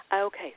Okay